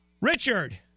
Richard